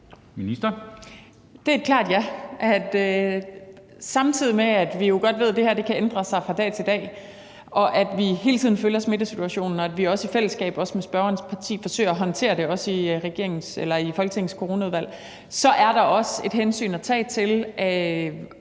Det er et klart ja, samtidig med at vi jo godt ved, at det her kan ændre sig fra dag til dag, at vi hele tiden følger smittesituationen, og at vi i fællesskab, også med spørgerens parti, forsøger at håndtere det, også i Folketingets